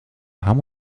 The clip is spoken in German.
haben